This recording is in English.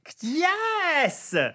Yes